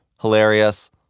hilarious